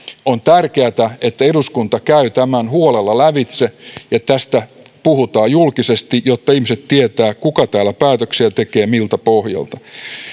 on tärkeätä että eduskunta käy tämän huolella lävitse ja tästä puhutaan julkisesti jotta ihmiset tietävät kuka täällä päätöksiä tekee miltä pohjalta